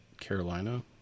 Carolina